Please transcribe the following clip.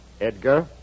Edgar